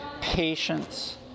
patience